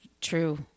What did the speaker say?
true –